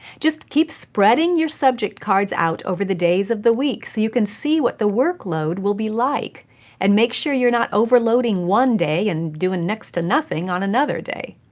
just keep spreading your subject cards out over the days of the week, so you can see what the workload will be like and make sure you're not overloading one day and doing next to and nothing on another day.